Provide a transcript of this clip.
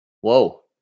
Whoa